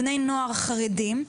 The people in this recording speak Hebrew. בני נוער חרדים,